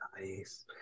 Nice